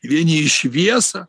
vieni į šviesą